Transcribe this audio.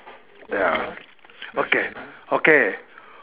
ya okay okay